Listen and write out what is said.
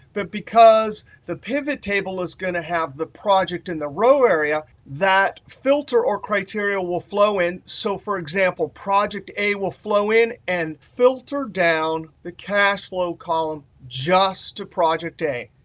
but because the pivot table is going to have the project in the row area, that filter or criteria will flow in. so for example, project a will flow in and filtered down the cash flow column just to project a,